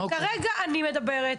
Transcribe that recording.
כרגע אני מדברת.